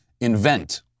invent